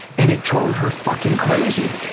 and it drove her fucking crazy,